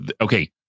okay